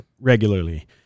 regularly